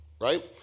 right